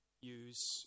use